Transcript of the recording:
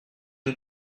une